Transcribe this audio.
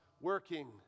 working